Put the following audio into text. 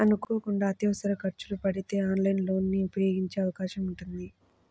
అనుకోకుండా అత్యవసర ఖర్చులు పడితే ఆన్లైన్ లోన్ ని ఉపయోగించే అవకాశం ఉంటుంది